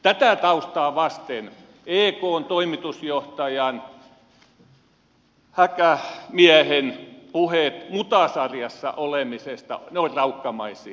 tätä taustaa vasten ekn toimitusjohtajan häkämiehen puheet mutasarjassa olemisesta ovat raukkamaisia